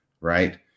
right